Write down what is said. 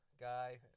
guy